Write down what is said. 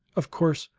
of course,